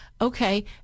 okay